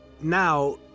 now